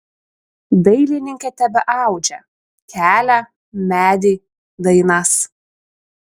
dailininkė tebeaudžia kelią medį dainas